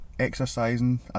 Exercising